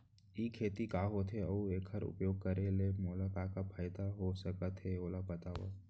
ई खेती का होथे, अऊ एखर उपयोग करे ले मोला का का फायदा हो सकत हे ओला बतावव?